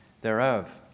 thereof